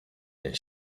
and